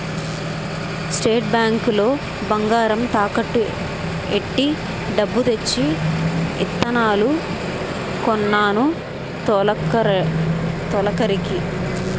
state Bank లో బంగారం తాకట్టు ఎట్టి డబ్బు తెచ్చి ఇత్తనాలు కొన్నాను తొలకరికి